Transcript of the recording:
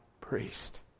Priest